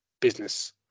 business